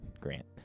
Grant